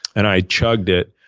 and i chugged it,